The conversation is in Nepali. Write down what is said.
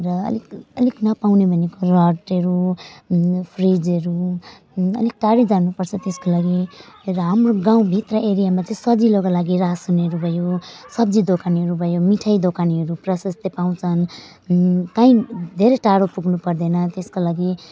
र अलिक अलिक नपाउने भनेको रडहरू फ्रिजहरू अलिक टाढै जानुपर्छ त्यसको लागि र हाम्रो गाउँभित्र एरियामा चाहिँ सजिलोको लागि रासनहरू भयो सब्जी दोकानहरू भयो मिठाई दोकानहरू प्रसस्तै पाउँछन् काहीँ धेरै टाढो पुग्नु पर्दैन त्यसको लागि